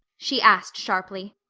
she asked sharply.